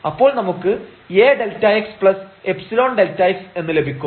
അപ്പോൾ നമുക്ക് AΔxϵΔx എന്ന് ലഭിക്കും